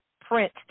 print